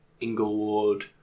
Inglewood